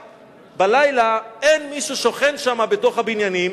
בלילה אין מי ששוכן שם, בתוך הבניינים.